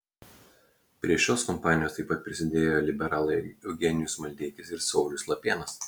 prie šios kompanijos taip pat prisidėjo liberalai eugenijus maldeikis ir saulius lapėnas